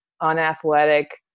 unathletic